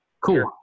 Cool